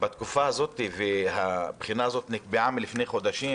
בתקופה הזאת והיא נקבעה לפני חודשים